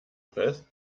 fest